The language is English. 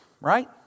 right